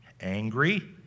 angry